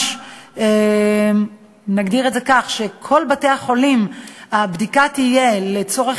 נגדיר כך: בכל בתי-החולים הבדיקה לצורך